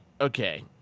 okay